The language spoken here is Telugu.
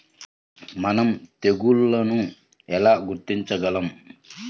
మనం తెగుళ్లను ఎలా గుర్తించగలం?